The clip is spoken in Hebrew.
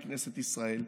בכנסת ישראל,